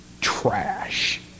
trash